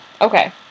Okay